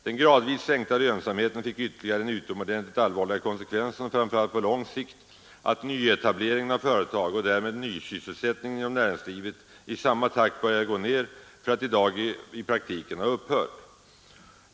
Den gradvis sänkta lönsamheten fick ytterligare den utomordentligt allvarliga konsekvensen framför allt på lång sikt att nyetableringen av företag och därmed nysysselsättningen inom näringslivet i samma takt började gå ned för att i dag i praktiken ha upphört.